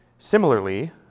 Similarly